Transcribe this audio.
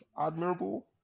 Admirable